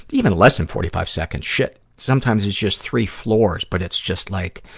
even less than forty five seconds, shit, sometimes it's just three floors, but it's just like,